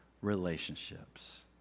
relationships